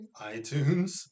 iTunes